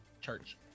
church